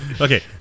okay